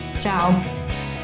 ciao